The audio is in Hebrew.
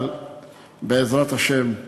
אבל בעזרת השם,